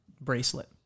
bracelet